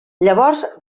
llavors